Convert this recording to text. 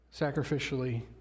sacrificially